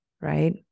right